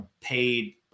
paid